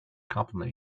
complement